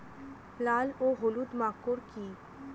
লাল ও হলুদ মাকর কী?